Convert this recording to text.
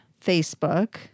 Facebook